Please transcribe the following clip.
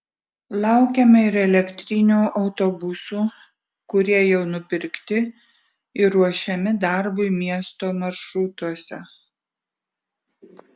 laukiame ir elektrinių autobusų kurie jau nupirkti ir ruošiami darbui miesto maršrutuose